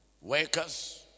workers